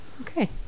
Okay